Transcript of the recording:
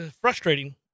frustrating